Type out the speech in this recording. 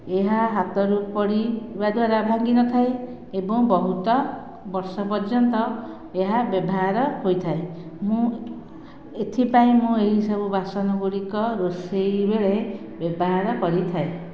ଏହା ହାତରୁ ପଡ଼ିବା ଦ୍ୱାରା ଭାଙ୍ଗିନଥାଏ ଏବଂ ବହୁତ ବର୍ଷ ପର୍ଯ୍ୟନ୍ତ ଏହା ବ୍ୟବହାର ହୋଇଥାଏ ମୁଁ ଏଥିପାଇଁ ମୁଁ ଏହି ସବୁ ବାସନ ଗୁଡ଼ିକ ରୋଷେଇ ବେଳେ ବ୍ୟବହାର କରିଥାଏ